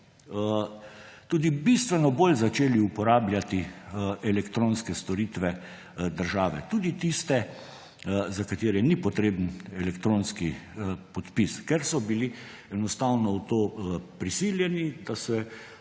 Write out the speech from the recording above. tudi bistveno bolj začeli uporabljati elektronske storitve države, tudi tiste, za katere ni potreben elektronski podpis, ker so bili enostavno v to prisiljeni, da se